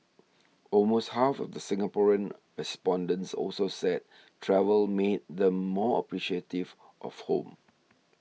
almost half of the Singaporean respondents also said travel made them more appreciative of home